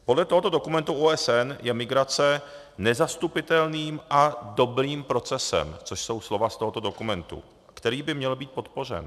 Podle tohoto dokumentu OSN je migrace nezastupitelným a dobrým procesem, což jsou slova z tohoto dokumentu, který by měl být podpořen.